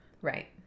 Right